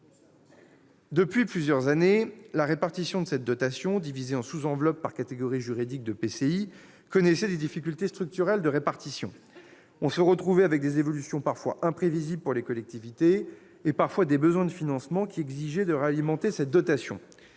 Depuis plusieurs années, la répartition de cette dotation, divisée en sous-enveloppes par catégories juridiques d'EPCI, connaissait des difficultés structurelles. On se retrouvait avec des évolutions parfois imprévisibles pour les collectivités et quelquefois avec des besoins de financement qui exigeaient que l'on réalimente cette dotation.